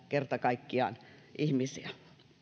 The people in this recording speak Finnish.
kerta kaikkiaan nöyryyttää ihmisiä